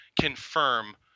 confirm